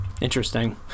Interesting